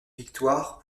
victoire